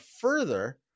further